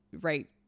right